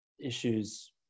issues